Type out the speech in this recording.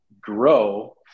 Grow